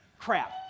crap